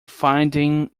finding